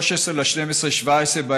13 בדצמבר 2017,